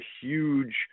huge